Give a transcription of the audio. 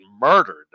murdered